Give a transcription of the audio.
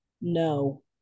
No